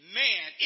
man